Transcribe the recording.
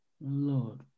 Lord